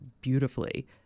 beautifully